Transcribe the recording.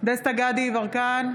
דסטה גדי יברקן,